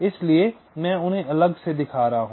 इसलिए मैं उन्हें अलग से दिखा रहा हूं